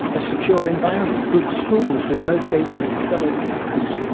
a secure environment, good schools with motivated fellow pupils,